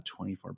24